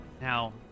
Now